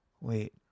Wait